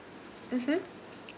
mmhmm